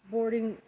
Boarding